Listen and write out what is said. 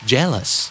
Jealous